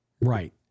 right